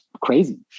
crazy